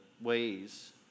ways